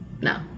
No